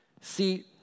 See